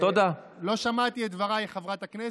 לא שמעתי את דברייך, חברת הכנסת.